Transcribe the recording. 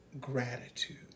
gratitude